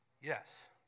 Yes